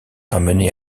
ramené